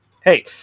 hey